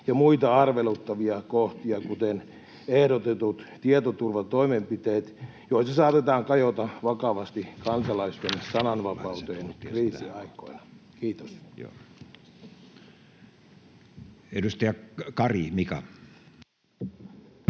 ja muita arveluttavia kohtia, kuten ehdotetut tietoturvatoimenpiteet, joissa saatetaan kajota vakavasti kansalaisten sananvapauteen kriisiaikoina. — Kiitos. Edustaja Mika